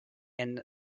and